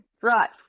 right